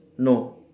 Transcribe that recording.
no